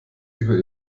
über